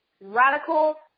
Radical